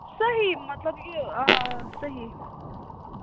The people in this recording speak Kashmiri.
صحیح مطلب یہِ آ آ صحیح